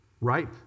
Right